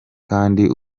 kandi